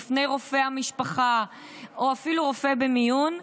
בפני רופא המשפחה או אפילו רופא במיון,